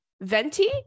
Venti